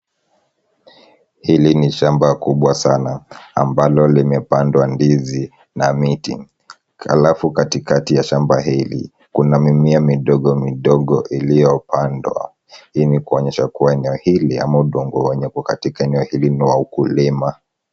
Hili ni shamba kubwa sana ambalo limepandwa ndizi na miti. Alafu kati kati ya shamba hili kuna mimea midogo midogo iliyopandwa. Hii ni kuonyesha eneo hili ama udongo ulioko kwenye eneo hili ni wa ukulima.